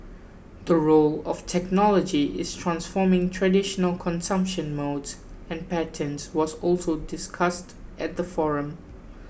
the role of technology in transforming traditional consumption modes and patterns was also discussed at the forum